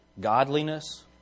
godliness